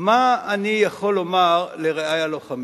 מה אני יכול לומר לרעי הלוחמים?